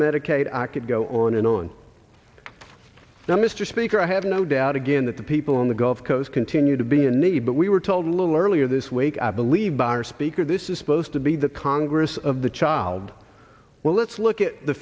medicaid i could go on and on now mr speaker i have no doubt again that the people on the gulf coast continue to be in need but we were told a little earlier this week i believe our speaker this is supposed to be the congress of the child well let's look at the